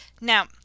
Now